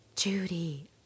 Judy